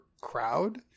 crowd